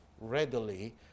readily